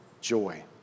joy